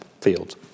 fields